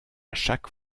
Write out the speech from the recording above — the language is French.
chaque